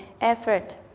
effort